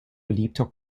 beliebter